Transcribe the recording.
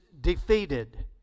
defeated